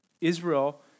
Israel